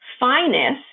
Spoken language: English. finest